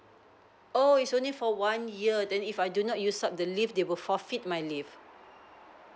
oh it's only for one year then if I do not use up the leave they will forfeit my leave